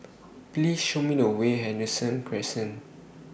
Please Show Me The Way Henderson Crescent